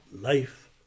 life